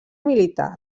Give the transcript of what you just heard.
militar